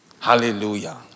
Hallelujah